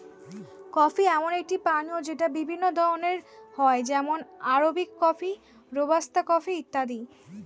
coffee এমন একটি পানীয় যেটা বিভিন্ন ধরণের হয় যেমন আরবিক কফি, রোবাস্তা কফি ইত্যাদি